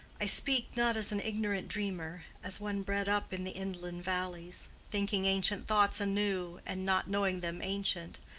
i speak not as an ignorant dreamer as one bred up in the inland valleys, thinking ancient thoughts anew, and not knowing them ancient,